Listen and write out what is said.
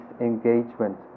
engagement